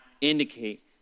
indicate